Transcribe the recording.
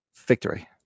victory